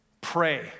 Pray